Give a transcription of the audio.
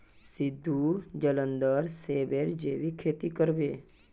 सिद्धू जालंधरत सेबेर जैविक खेती कर बे